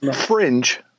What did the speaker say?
Fringe